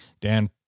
Dan